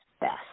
best